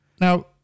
Now